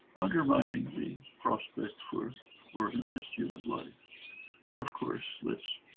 undermining the prospect for organized human life and of course let's